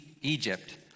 Egypt